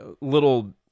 little